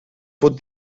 pot